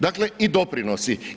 Dakle i doprinosi.